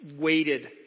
waited